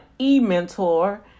e-mentor